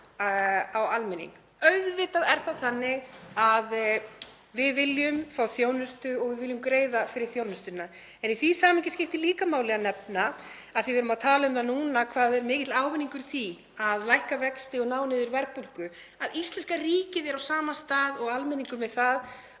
á almenning. Auðvitað er það þannig að við viljum fá þjónustu og við viljum greiða fyrir þjónustuna en í því samhengi skiptir líka máli að nefna, af því við erum að tala um það núna hvað það er mikill ávinningur í því að lækka vexti og ná niður verðbólgu, að íslenska ríkið er á sama stað og almenningur með það